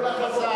כל הכבוד,